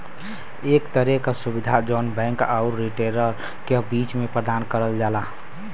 एक तरे क सुविधा जौन बैंक आउर रिटेलर क बीच में प्रदान करल जाला